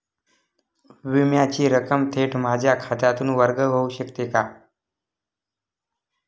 विम्याची रक्कम थेट माझ्या खात्यातून वर्ग होऊ शकते का?